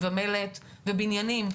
מלט ובניינים,